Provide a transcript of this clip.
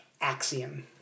axiom